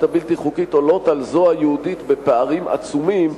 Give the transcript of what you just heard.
הבלתי-חוקית עולות על זו היהודית בפערים עצומים,